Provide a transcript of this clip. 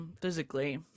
physically